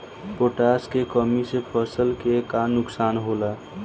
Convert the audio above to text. Potash के कमी से फसल के का नुकसान होला?